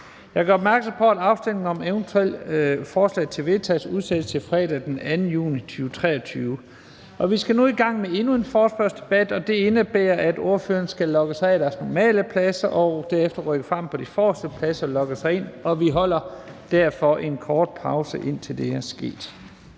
Jeg gør opmærksom på, at afstemning om eventuelle forslag til vedtagelse udsættes til fredag den 2. juni 2023. Vi skal nu i gang med endnu en forespørgselsdebat, og det indebærer, at ordførerne skal logge sig af ved deres normale pladser og derefter rykke frem på de forreste pladser og logge sig ind der. Vi holder derfor en kort pause, indtil det er sket.